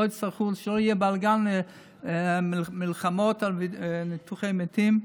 כדי שלא יהיה בלגן ומלחמות על ניתוחי מתים,